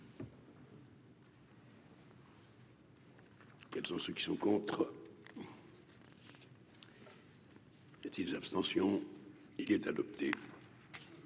Quels sont ceux qui sont contre. Y a-t-il abstentions il est adopté.